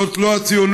זאת לא הציונות,